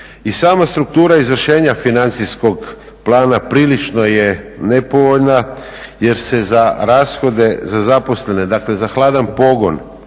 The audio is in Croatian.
I sama struktura izvršenja financijskog plana prilično je nepovoljna jer se za rashode za zaposlene, dakle za hladan pogon